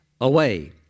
away